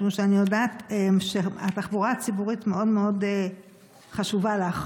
משום שאני יודעת שהתחבורה הציבורית מאוד מאוד חשובה לך,